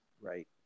right